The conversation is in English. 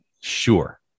sure